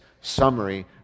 summary